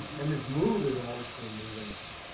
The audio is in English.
and this move is an old school move and it's